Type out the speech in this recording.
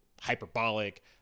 hyperbolic –